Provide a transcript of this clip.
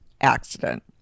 accident